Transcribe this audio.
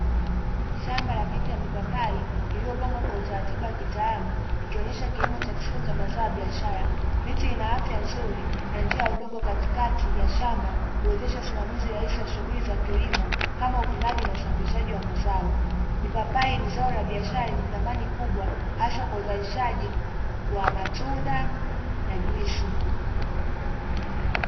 Shamba la miti ya mipapai iliyopangwa kwa kwa utaratibu wa kitaalamu ikionesha kilimo cha kisasa cha mazao ya biashara, miti inaafya nzuri na njia ya udongo katikati ya shamba huwezesha njia rahisi shughuli kama uvunaji na usafirishaji wa mazao. Hii ni zao la biashara hasa kwa uzalishaji wa matunda na juisi.